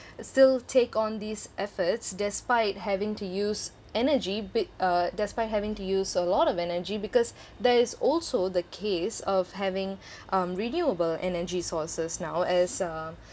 still take on these efforts despite having to use energy bi~ uh despite having to use a lot of energy because there is also the case of having um renewable energy sources now as uh